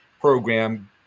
program